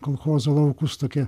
kolchozo laukus tokia